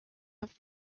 have